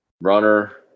Runner